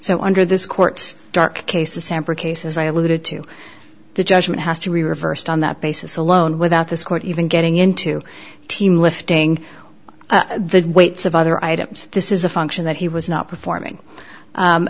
so under this court's dark cases samper case as i alluded to the judgment has to be reversed on that basis alone without this court even getting into team lifting the weights of other items this is a function that he was not performing